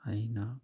ꯑꯩꯅ